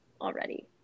already